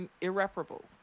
irreparable